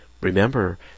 remember